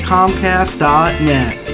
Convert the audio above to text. Comcast.net